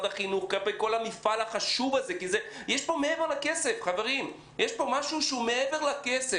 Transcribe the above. החינוך וכלפי המפעל החשוב הזה כי יש פה משהו שהוא מעבר לכסף.